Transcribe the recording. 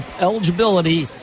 eligibility